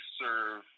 serve